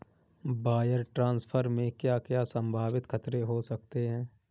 Wire transfer में क्या क्या संभावित खतरे हो सकते हैं?